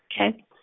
Okay